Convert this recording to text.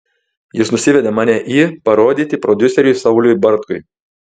jis nusivedė mane į parodyti prodiuseriui sauliui bartkui